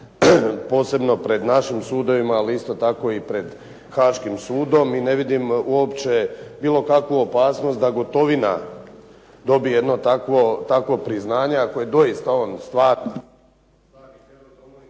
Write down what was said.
posebno pred našim sudovima, ali isto tako pred Haškim sudom. I ne vidim uopće bilo kakvu opasnost da Gotovina dobije jedno takvo priznanje, ako je doista on stvarni